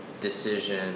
decision